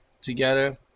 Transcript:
together